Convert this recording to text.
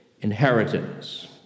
inheritance